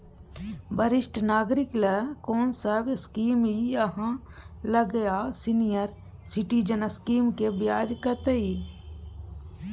वरिष्ठ नागरिक ल कोन सब स्कीम इ आहाँ लग आ सीनियर सिटीजन स्कीम के ब्याज कत्ते इ?